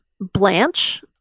Blanche